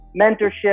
mentorship